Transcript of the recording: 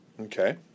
Okay